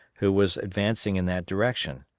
who was advancing in that direction.